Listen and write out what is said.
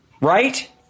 Right